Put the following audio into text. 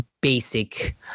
basic